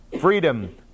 freedom